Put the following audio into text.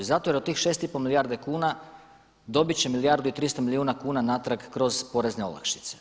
Zato jer od tih 6,5 milijarde kuna dobit će milijardu i 300 milijuna kuna natrag kroz porezne olakšice.